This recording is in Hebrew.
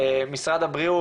משרד הבריאות,